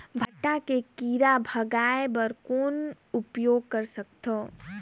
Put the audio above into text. भांटा के कीरा भगाय बर कौन उपाय कर सकथव?